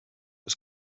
was